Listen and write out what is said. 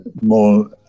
more